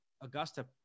Augusta